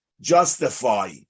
justify